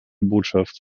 botschaft